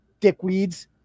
dickweeds